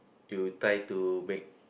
you try to make